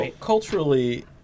culturally